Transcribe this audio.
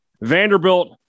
Vanderbilt